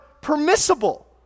permissible